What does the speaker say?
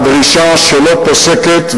הדרישה שלא פוסקת,